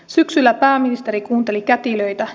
syksyllä pääministeri kuunteli kätilöitä